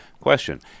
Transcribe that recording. Question